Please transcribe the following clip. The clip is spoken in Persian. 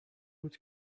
بود